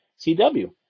Cw